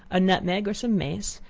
a nutmeg or some mace,